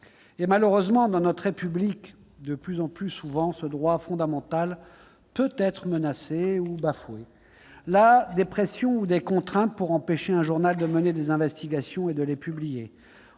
Malheureusement, dans notre République, de plus en plus souvent, ce droit fondamental peut être menacé ou bafoué. Là, des pressions ou des contraintes pour empêcher un journal de mener des investigations et de les publier.